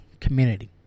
community